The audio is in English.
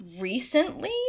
recently